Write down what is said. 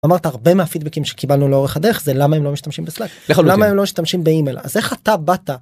אמרת הרבה מהפידבקים שקיבלנו לאורך הדרך זה למה הם לא משתמשים בסלאק? למה הם לא משתמשים באימייל? אז איך אתה באת